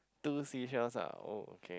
two seashells ah oh okay